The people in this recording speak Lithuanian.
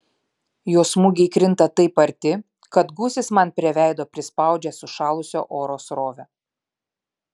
jo smūgiai krinta taip arti kad gūsis man prie veido prispaudžia sušalusio oro srovę